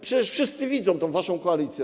Przecież wszyscy widzą tę waszą koalicję.